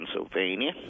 Pennsylvania